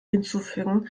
hinzufügen